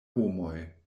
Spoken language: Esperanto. homoj